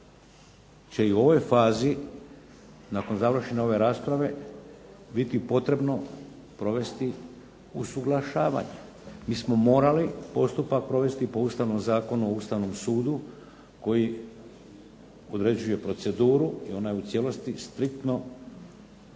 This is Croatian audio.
će i u ovoj fazi nakon završne ove rasprave biti potrebno provesti usuglašavanje. Mi smo morali postupak provesti po ustavnom Zakonu o Ustavnom sudu, koji određuje proceduru, i ona je u cijelosti striktno